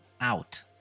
out